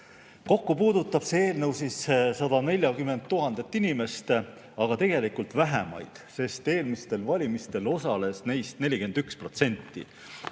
Kokku puudutab see eelnõu 140 000 inimest, aga tegelikult vähemaid, sest eelmistel valimistel osales neist 41%.